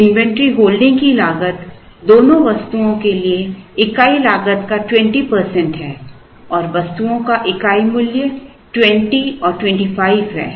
inventory holding की लागत दोनों वस्तुओं के लिए इकाई लागत का 20 प्रतिशत है और वस्तुओं का इकाई मूल्य 20 और 25 है